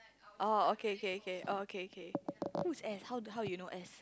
oh okay okay okay oh okay okay who's S how you know S